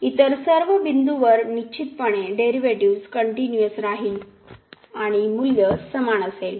इतर सर्व बिंदूंवर निश्चितपणे डेरिव्हेटिव्ह्ज कनटिन्युअस राहील आणि मूल्य समान असेल